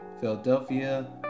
Philadelphia